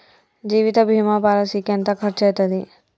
జీవిత బీమా పాలసీకి ఎంత ఖర్చయితది?